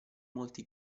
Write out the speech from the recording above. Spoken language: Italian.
molti